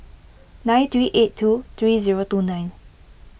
nine three eight two three zero two nine